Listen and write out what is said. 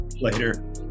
Later